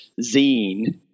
zine